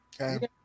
okay